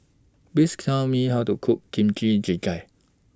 Please Tell Me How to Cook Kimchi Jjigae